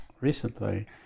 recently